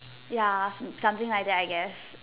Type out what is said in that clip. ya something like that I guess